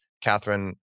Catherine